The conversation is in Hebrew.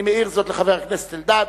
אני מעיר זאת לחבר הכנסת אלדד.